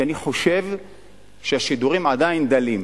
כי אני חושב שהשידורים עדיין דלים,